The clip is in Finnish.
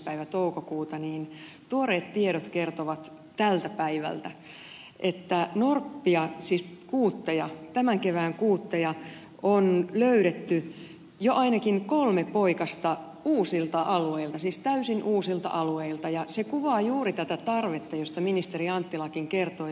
päivä toukokuuta niin tuoreet tiedot kertovat tältä päivältä että norppia siis kuutteja tämän kevään kuutteja on löydetty jo ainakin kolme poikasta uusilta alueilta siis täysin uusilta alueilta ja se kuvaa juuri tätä tarvetta josta ministeri anttilakin kertoi